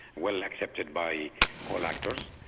well accepted by all actors.